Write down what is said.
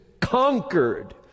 conquered